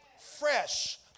fresh